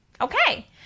Okay